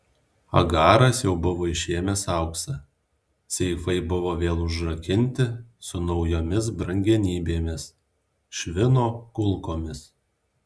agaras jau buvo išėmęs auksą seifai buvo vėl užrakinti su naujomis brangenybėmis švino kulkomis